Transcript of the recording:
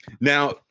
Now